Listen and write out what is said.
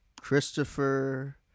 Christopher